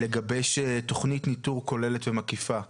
לגבש תוכנית ניטור כוללת ומקיפה?